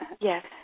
yes